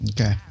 Okay